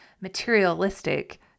materialistic